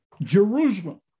Jerusalem